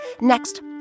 Next